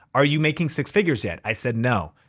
are you making six figures yet? i said, no.